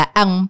ang